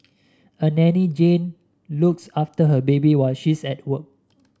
a nanny Jane looks after her baby while she's at work